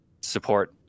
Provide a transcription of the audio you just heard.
support